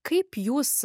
kaip jūs